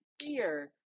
fear